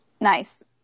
Nice